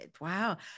Wow